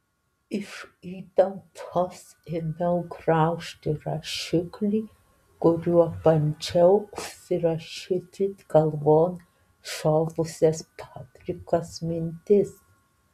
iš įtampos ėmiau graužti rašiklį kuriuo bandžiau užsirašyti galvon šovusias padrikas mintis